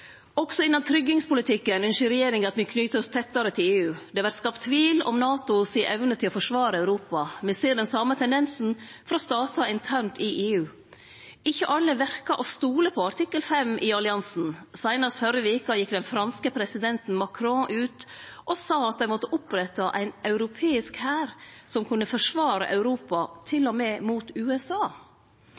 Også innanfor tryggingspolitikken ynskjer regjeringa at me knyter oss tettare til EU. Det vert skapt tvil om NATOs evne til å forsvare Europa. Me ser den same tendensen frå statar internt i EU. Det verkar ikkje som om alle stoler på artikkel 5 i alliansen. Seinast førre veka gjekk den franske presidenten, Macron, ut og sa at ein måtte opprette ein europeisk hær som kunne forsvare Europa, til og med mot USA